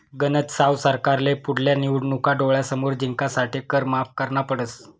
गनज साव सरकारले पुढल्या निवडणूका डोळ्यासमोर जिंकासाठे कर माफ करना पडस